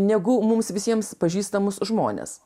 negu mums visiems pažįstamus žmones